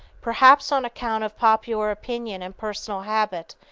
perhaps on account of popular opinion and personal habit,